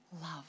love